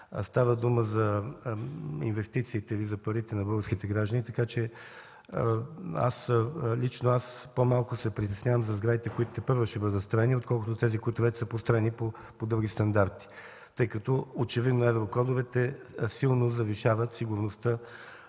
става дума за инвестициите, за парите на българските граждани, така че лично аз по-малко се притеснявам за сградите, които тепърва ще бъдат строени, отколкото за тези, които вече са построени по други стандарти. Очевидно еврокодовете силно завишават сигурността